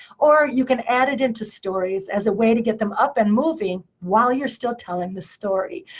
or you can add it into stories as a way to get them up and moving, while you're still telling the story.